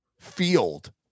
field